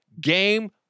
Game